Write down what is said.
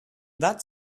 that